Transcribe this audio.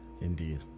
Indeed